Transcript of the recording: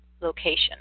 location